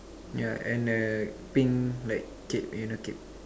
yeah and a pink like cape you know cape